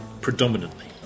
predominantly